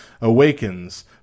awakens